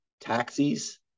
taxis